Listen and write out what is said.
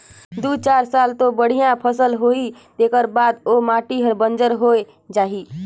दू चार साल तो बड़िया फसल होही तेखर बाद ओ माटी हर बंजर होए जाही